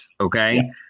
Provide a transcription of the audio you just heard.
okay